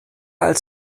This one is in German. als